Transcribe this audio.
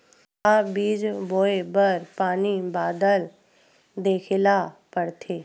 का बीज बोय बर पानी बादल देखेला पड़थे?